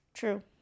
True